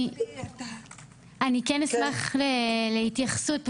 אשמח להתייחסות,